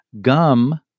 gum